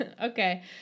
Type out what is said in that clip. okay